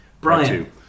Brian